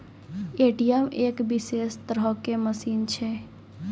ATM एक विशेष तरहो के मशीन छै